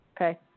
okay